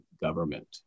government